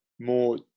more